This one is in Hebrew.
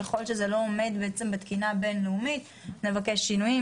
ככל שזה לא עומד בתקינה בינלאומית נבקש שינויים.